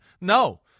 No